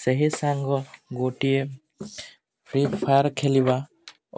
ସେହି ସାଙ୍ଗ ଗୋଟିଏ ଫ୍ରିଫାୟାର୍ ଖେଲିବା